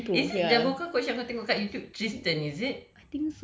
right is the vocal coach yang kau tengok kat YouTube tristan is it